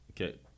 Okay